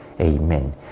Amen